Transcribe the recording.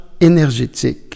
énergétique